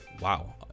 wow